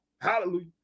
hallelujah